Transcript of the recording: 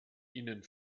ihnen